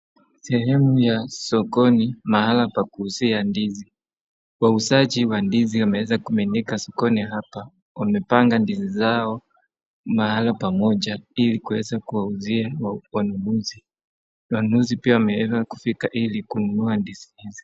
Sehemu ya sokoni mahali paa kuuzia ndizi. Wauzaji wa ndizi wameeza kuminika sokoni hapa. Wamepanga ndizi zao mahali pamoja ili kuweza kuwauzia wananunuzi. Wanunuzi pia wameweza kufka ili kununua ndizi hizi.